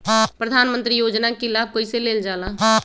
प्रधानमंत्री योजना कि लाभ कइसे लेलजाला?